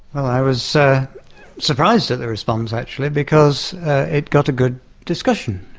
i was surprised at the response actually because it got a good discussion.